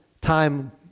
time